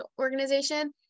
organization